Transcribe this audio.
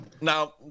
Now